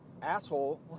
asshole